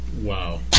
Wow